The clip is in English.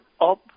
up